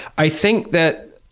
i think that,